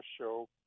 show